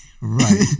right